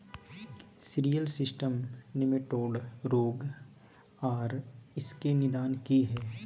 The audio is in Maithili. सिरियल सिस्टम निमेटोड रोग आर इसके निदान की हय?